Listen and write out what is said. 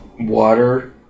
water